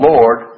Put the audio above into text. Lord